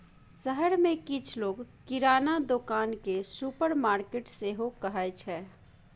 शहर मे किछ लोक किराना दोकान केँ सुपरमार्केट सेहो कहै छै